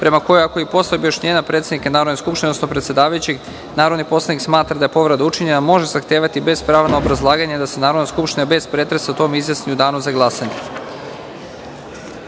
prema kojoj ako i posle objašnjenja predsednika Narodne skupštine, odnosno predsedavajućeg, narodni poslanik smatra da je povreda učinjena, može zahtevati, bez prava na obrazlaganje, da se Narodna skupština, bez pretresa, o tome izjasni u Danu za